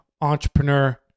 entrepreneur